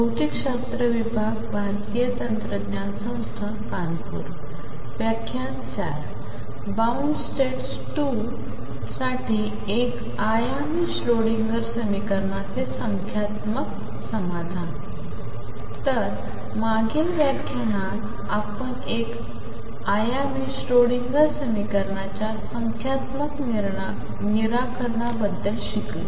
bound states 2 साठी एक आयामी श्रोएन्डर समीकरणाचे संख्यात्मक समाधान तर मागील व्याख्यानात आपण एक आयामी श्रोडिंगर समीकरणाच्या संख्यात्मक निराकरनाबद्दल शिकलो